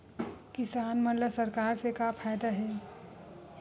किसान मन ला सरकार से का फ़ायदा हे?